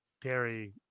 Terry